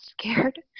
scared